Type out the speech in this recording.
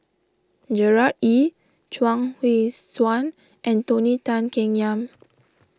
Gerard Ee Chuang Hui Tsuan and Tony Tan Keng Yam